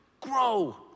Grow